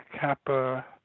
kappa